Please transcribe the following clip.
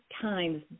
Times